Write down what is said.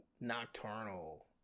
nocturnal